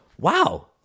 Wow